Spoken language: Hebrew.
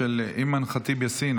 של אימאן ח'טיב יאסין.